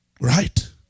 Right